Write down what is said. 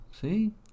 see